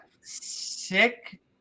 sick